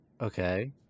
okay